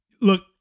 Look